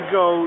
go